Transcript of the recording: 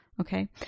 Okay